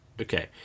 Okay